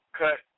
cut